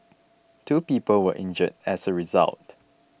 two people were injured as a result